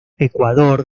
ecuador